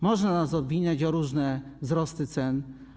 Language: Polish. Można nas obwiniać o różne wzrosty cen.